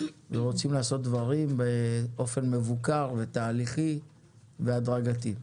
ורוצים לעשות דברים באופן מבוקר ותהליכי והדרגתי.